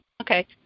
Okay